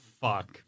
Fuck